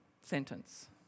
sentence